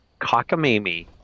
cockamamie